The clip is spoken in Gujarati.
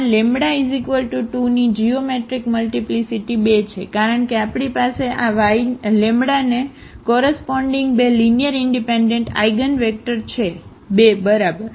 તેથી આ λ 2 ની જીઓમેટ્રિક મલ્ટીપ્લીસીટી 2 છે કારણ કે આપણી પાસે આ λને કોરસપોન્ડીગ બે લીનીઅરઇનડિપેન્ડન્ટ આઇગનવેક્ટર છે 2 બરાબર